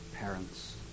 parents